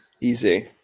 Easy